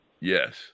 Yes